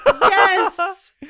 Yes